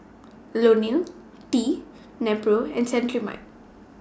Ionil T Nepro and Cetrimide